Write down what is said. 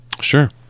Sure